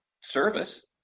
service